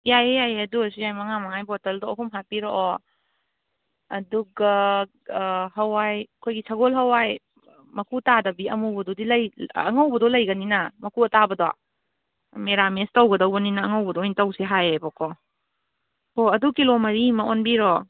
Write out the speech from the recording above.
ꯌꯥꯏꯌꯦ ꯌꯥꯏꯌꯦ ꯑꯗꯨ ꯑꯣꯏꯁꯨ ꯌꯥꯏ ꯃꯉꯥ ꯃꯉꯥꯏ ꯕꯣꯇꯜꯗꯣ ꯑꯍꯨꯝ ꯍꯥꯄꯤꯔꯛꯑꯣ ꯑꯗꯨꯒ ꯍꯋꯥꯏ ꯑꯩꯈꯣꯏꯒꯤ ꯁꯒꯣꯜ ꯍꯋꯥꯏ ꯃꯀꯨ ꯇꯥꯗꯕꯤ ꯑꯃꯨꯕꯗꯨꯗꯤ ꯑꯉꯧꯕꯗꯣ ꯂꯩꯒꯅꯤꯅ ꯃꯀꯨ ꯑꯇꯥꯕꯗꯣ ꯃꯦꯔꯥꯃꯦꯁ ꯇꯧꯒꯗꯧꯕꯅꯤꯅ ꯑꯉꯧꯕꯗꯣ ꯑꯣꯏ ꯇꯧꯁꯦ ꯍꯥꯏꯌꯦꯕꯀꯣ ꯍꯣ ꯑꯗꯨ ꯀꯤꯂꯣ ꯃꯔꯤ ꯑꯃ ꯑꯣꯟꯕꯤꯔꯣ